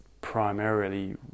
primarily